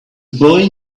boy